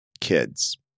kids